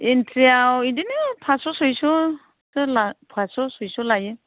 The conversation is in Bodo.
एन्ट्रियाव बिदिनो पास्स' सयस'सो लायो पास्स' सयस' लायो